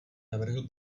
navrhl